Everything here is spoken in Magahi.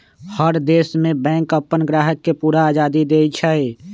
हर देश में बैंक अप्पन ग्राहक के पूरा आजादी देई छई